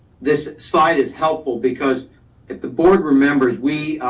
this slide is helpful because if the board remembers, we